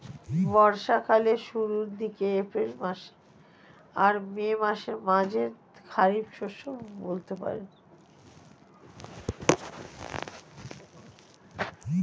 বর্ষা কালের শুরুর দিকে, এপ্রিল আর মের মাঝামাঝি খারিফ শস্য বপন করা হয়